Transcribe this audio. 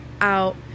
out